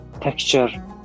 texture